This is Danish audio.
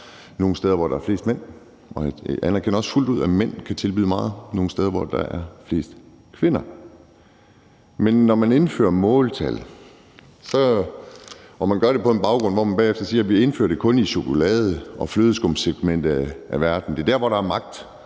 nogle steder, hvor der er flest mænd, og jeg anerkender også fuldt ud, at mænd kan tilbyde meget nogle steder, hvor der er flest kvinder. Man indfører måltal, og man gør det på en baggrund, hvor man siger, at man kun indfører det i chokolade- og flødeskumssegmentet af verden, altså dér, hvor der er magt